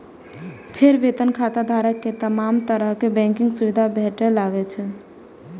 फेर वेतन खाताधारक कें तमाम तरहक बैंकिंग सुविधा भेटय लागै छै